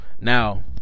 Now